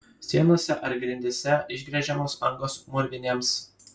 sienose ar grindyse išgręžiamos angos mūrvinėms